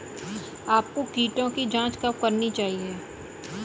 आपको कीटों की जांच कब करनी चाहिए?